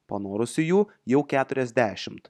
panorusiųjų jau keturiasdešimt